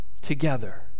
together